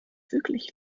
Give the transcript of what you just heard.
wirklich